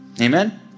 Amen